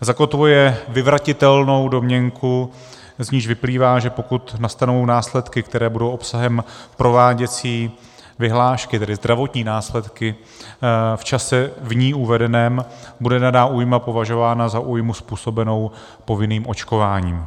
Zakotvuje vyvratitelnou domněnku, z níž vyplývá, že pokud nastanou následky, které budou obsahem prováděcí vyhlášky, tedy zdravotní následky v čase v ní uvedeném, bude daná újma považována za újmu způsobenou povinným očkováním.